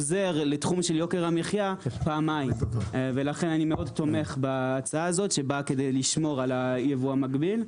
אני מאוד תומך בהצעה הזאת שבאה כדי לשמור על הייבוא המקביל,